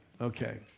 Okay